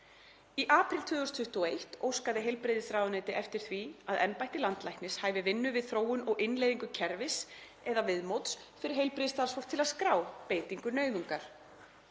Í apríl 2021 óskaði heilbrigðisráðuneyti eftir því að embætti landlæknis hæfi vinnu við þróun og innleiðingu kerfis eða viðmóts fyrir heilbrigðisstarfsfólk til að skrá beitingu nauðungar.